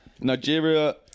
Nigeria